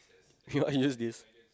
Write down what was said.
you cannot use this